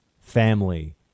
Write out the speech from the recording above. family